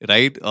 Right